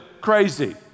crazy